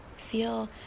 Feel